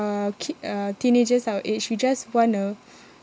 ki~ uh teenagers our age we just wanna